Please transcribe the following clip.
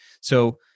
So-